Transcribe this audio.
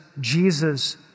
Jesus